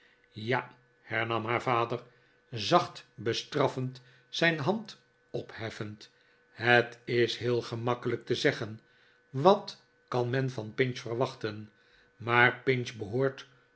ja hernam haar vader zacht bestraffend zijn hand opheffend het is heel gemakkelijk te zeggen wat kan men van pinch verwachten maar pinch behoort